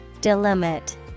Delimit